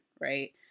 right